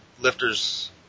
lifters